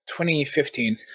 2015